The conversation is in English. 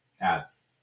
ads